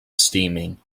steaming